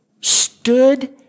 stood